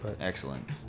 Excellent